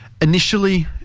Initially